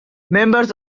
members